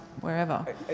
wherever